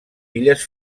illes